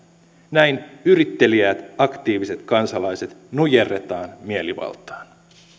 näin yritteliäät aktiiviset kansalaiset nujerretaan mielivaltaan näiden